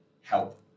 help